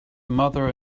mother